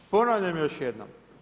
Ponavljam još jednom.